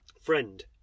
friend